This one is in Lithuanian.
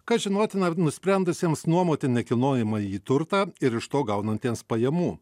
kas žinotina nusprendusiems nuomoti nekilnojamąjį turtą ir iš to gaunantiems pajamų